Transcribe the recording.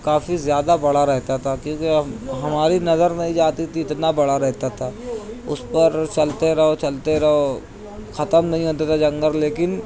کافی زیادہ بڑا رہتا تھا کیوں کہ ہماری نظر نہیں جاتی تھی اتنا بڑا رہتا تھا اس پر چلتے رہو چلتے رہو ختم نہیں ہوتا تھا جنگل لیکن